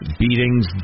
beatings